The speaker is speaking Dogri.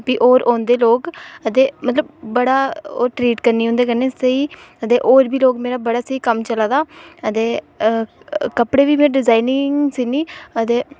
प्ही होर औंदे लोग अदे मतलब बड़ा ओह् ट्रीट करनी उंदे कन्नै सेही अदे होर बी लोग बड़ा सेही कम्म चला दा अदे कपड़े बी में डिजाइनिंग सीनी अदे